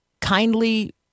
kindly